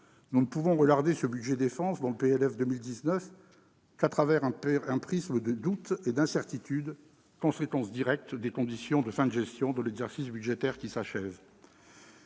Nous ne pouvons regarder ce budget « Défense » dans le projet de loi de finances pour 2019 qu'à travers un prisme de doutes et d'incertitudes, conséquences directes des conditions de fin de gestion de l'exercice budgétaire qui s'achève.